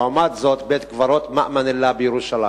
לעומת זאת, בית-קברות ממילא בירושלים,